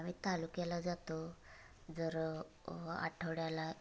आम्ही तालुक्याला जातो जर आठवड्याला